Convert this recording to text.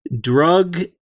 drug